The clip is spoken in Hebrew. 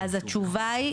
אז התשובה היא,